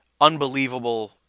unbelievable